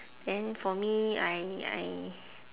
then for me I I